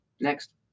Next